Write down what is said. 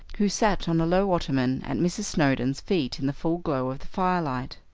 who sat on a low ottoman at mrs. snowdon's feet in the full glow of the firelight.